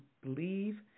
believe